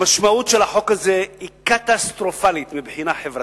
המשמעות של החוק הזה היא קטסטרופלית מבחינה חברתית,